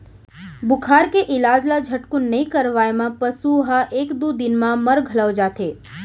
बुखार के इलाज ल झटकुन नइ करवाए म पसु ह एक दू दिन म मर घलौ जाथे